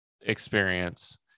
experience